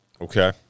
Okay